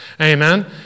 Amen